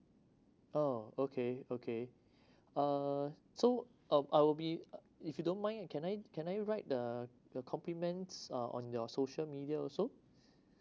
oh okay okay uh so uh I will be if you don't mind can I can I write the the compliments uh on your social media also